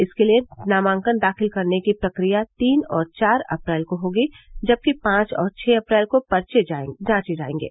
इसके लिए नामांकन दाखिल करने की प्रक्रिया तीन और चार अप्रैल को होगी जबकि पांच और छः अप्रैल को पर्चे जांचे जाएगे